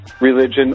religion